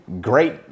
Great